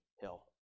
hill